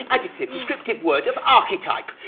adjective, descriptive word of archetype.